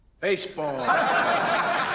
Baseball